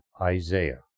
Isaiah